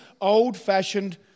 old-fashioned